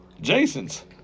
Jason's